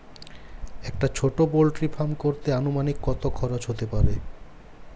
একটা ছোটো poultry farm করতে আনুমানিক কত খরচ কত হতে পারে?